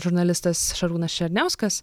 žurnalistas šarūnas černiauskas